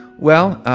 well,